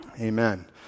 Amen